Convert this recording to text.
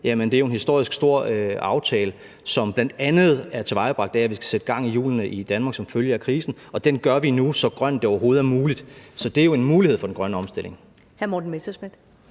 det er jo en historisk stor aftale, som bl.a. er tilvejebragt af, at vi skal sætte gang i hjulene i Danmark som følge af krisen, og den gør vi nu så grøn, det overhovedet er muligt. Så det er jo en mulighed for den grønne omstilling.